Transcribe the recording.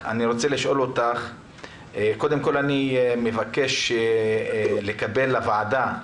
קודם כול, אני מבקש לקבל לוועדה,